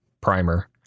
primer